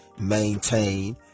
maintain